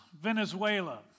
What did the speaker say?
Venezuela